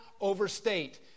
overstate